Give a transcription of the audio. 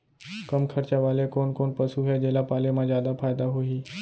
कम खरचा वाले कोन कोन पसु हे जेला पाले म जादा फायदा होही?